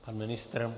Pan ministr?